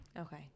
Okay